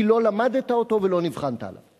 כי לא למדת אותו ולא נבחנת עליו.